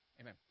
Amen